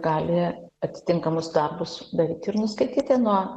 gali atitinkamus darbus daryti ir nuskaityti nuo